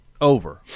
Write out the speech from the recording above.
over